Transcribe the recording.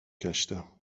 گشتم